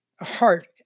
heart